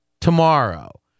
tomorrow